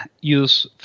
use